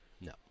No